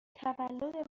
تولد